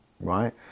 right